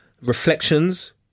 Reflections